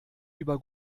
über